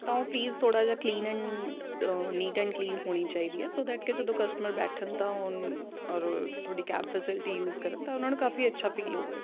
ਤਾਂ ਉਹ ਪਲੀਜ਼ ਥੋੜ੍ਹਾ ਜਿਹਾ clean and neat and clean ਹੋਣੀ ਚਾਹੀਦੀ ਆ ਸੋ ਦੈਟ ਕਿ ਜਦੋਂ ਕਸਟਮਰ ਬੈਠਣ ਤਾਂ ਔਰ ਤੁਹਾਡੀ ਕੈਬ ਫੈਸਿਲਟੀ ਯੂਜ ਕਰਨ ਤਾਂ ਉਹਨਾਂ ਨੂੰ ਕਾਫ਼ੀ ਅੱਛਾ ਫੀਲ ਹੋਵੇ